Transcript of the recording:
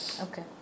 okay